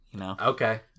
Okay